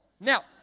Now